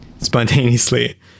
spontaneously